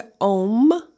OM